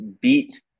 beat